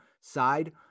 side